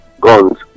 Guns